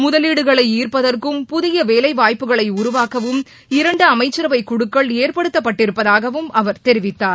முதலீட்டுகளை ார்ப்பதற்கும் புதிய வேலைவாய்ப்புகளை உருவாக்கவும் இரண்டு அமைச்சரவைக் குழுக்கள் ஏற்படுத்தப்பட்டிருப்பதாகவும் அவர் தெரிவித்தார்